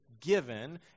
given